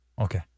Okay